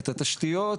את התשתיות,